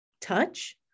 touch